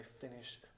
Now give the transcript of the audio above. finish